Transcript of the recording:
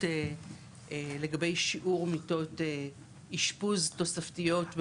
לגבי שיעור מיטות אישפוז תוספתיות.